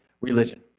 religion